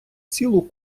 цілу